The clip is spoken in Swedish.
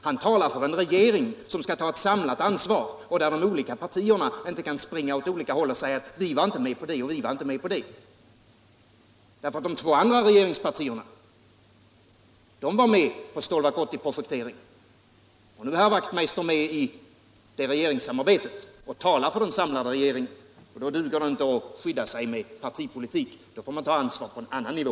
Han talar för en regering som skall ta ett samlat ansvar och där de olika partierna inte kan springa åt olika håll och säga: Vi var inte med på det eller det. De två andra regeringspartierna var med på Stålverk 80-projektet, och nu är herr Wachtmeister med i regeringssamarbetet och talar för den samlade regeringen. Då duger det inte att skydda sig med partipolitik. Då får man ta ansvar på en annan nivå.